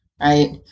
right